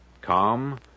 Calm